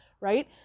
right